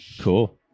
cool